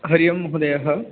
हरिः ओं महोदय